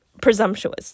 presumptuous